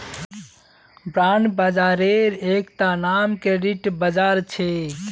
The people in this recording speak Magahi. बांड बाजारेर एकता नाम क्रेडिट बाजार छेक